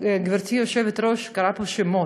גברתי היושבת-ראש קראה פה שמות,